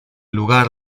lugar